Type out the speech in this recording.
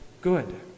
good